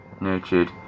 nurtured